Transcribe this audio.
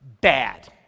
bad